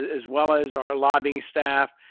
as well as our lobbying staff.